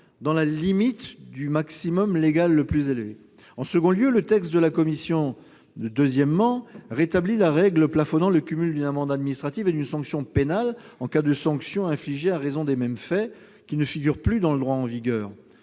dans la limite du maximum légal le plus élevé. En second lieu, le texte de la commission, dans son 2°, rétablit la règle plafonnant le cumul d'une amende administrative et d'une sanction pénale, en cas de sanctions infligées à raison des mêmes faits, qui ne figure plus dans le droit en vigueur.